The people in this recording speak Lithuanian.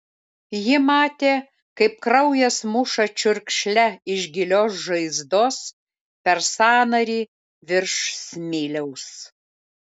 ji matė kaip kraujas muša čiurkšle iš gilios žaizdos per sąnarį virš smiliaus